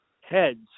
heads